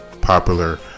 popular